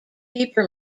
paper